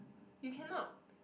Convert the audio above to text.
you cannot